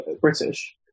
British